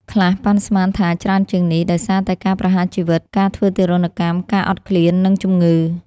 ខ្លះប៉ាន់ស្មានថាច្រើនជាងនេះ ដោយសារតែការប្រហារជីវិត ការធ្វើទារុណកម្ម ការអត់ឃ្លាន និងជំងឺ។